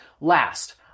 last